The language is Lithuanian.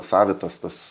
savitas tas